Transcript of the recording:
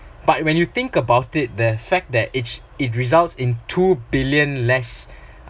but when you think about it the fact that it's it results in two billion less